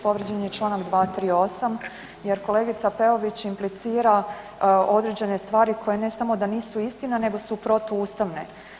Povrijeđen je čl. 238. jer kolegica Peović implicira određene stvari koje ne samo da nisu istina nego su protuustavne.